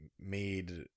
made